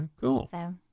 Cool